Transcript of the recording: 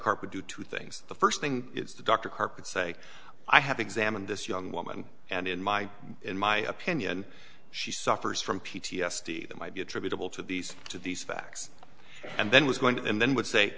would do two things the first thing it's the doctor carpet say i have examined this young woman and in my in my opinion she suffers from p t s d that might be attributable to these to these facts and then was going to and then would say